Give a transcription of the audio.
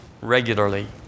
regularly